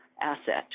asset